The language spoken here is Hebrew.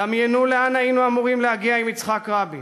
דמיינו לאן היינו אמורים להגיע עם יצחק רבין